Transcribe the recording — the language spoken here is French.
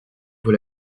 vaut